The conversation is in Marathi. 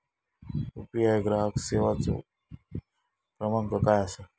यू.पी.आय ग्राहक सेवेचो क्रमांक काय असा?